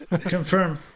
Confirmed